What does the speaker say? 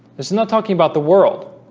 this is not talking about the world.